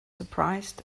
surprised